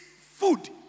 food